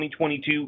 2022